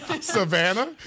Savannah